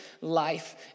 life